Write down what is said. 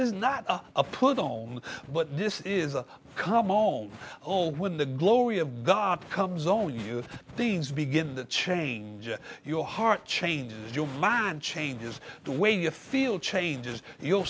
is not a put on but this is a come on oh when the glory of god comes own you things begin to change your heart changes your mind changes the way you feel changes your